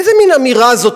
איזה מין אמירה זאת